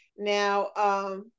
Now